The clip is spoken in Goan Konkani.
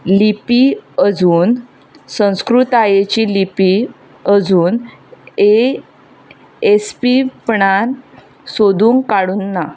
लिपी अजून संस्कृतायेची लिपी अजून ए येसवीपणान सोदून काडूंक ना